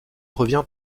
revient